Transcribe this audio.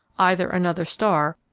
either another star,